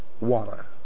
water